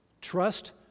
Trust